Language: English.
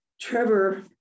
Trevor